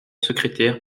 secrétaire